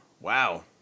Wow